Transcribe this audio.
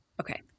Okay